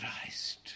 Christ